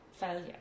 failure